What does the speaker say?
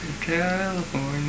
California